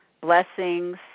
blessings